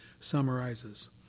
Summarizes